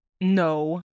No